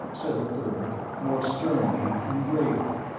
said a third, more sternly and gravely.